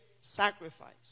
sacrifice